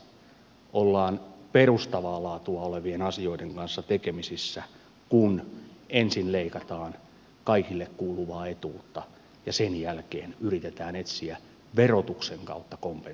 kaksi ollaan perustavaa laatua olevien asioiden kanssa tekemisissä kun ensin leikataan kaikille kuuluvaa etuutta ja sen jälkeen yritetään etsiä verotuksen kautta kompensaatiota